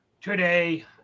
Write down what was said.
today